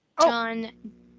John